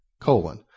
colon